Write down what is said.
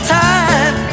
time